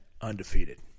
undefeated